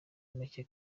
macye